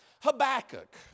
Habakkuk